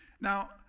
Now